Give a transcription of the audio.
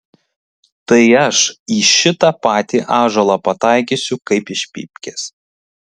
tai aš į šitą patį ąžuolą pataikysiu kaip iš pypkės